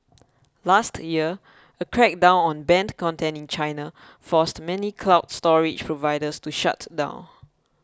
last year a crackdown on banned content in China forced many cloud storage providers to shut down